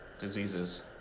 diseases